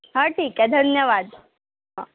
हा ठीक आहे धन्यवाद हा